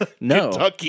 No